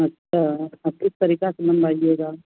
अच्छा आप किस तरीके से बनवाइएगा